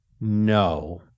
No